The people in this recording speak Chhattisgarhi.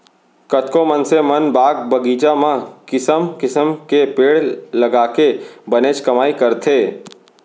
कतको मनसे मन बाग बगीचा म किसम किसम के पेड़ लगाके बनेच कमाई करथे